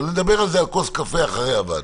אבל נדבר על זה על כוס קפה אחרי הוועדה.